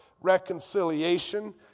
reconciliation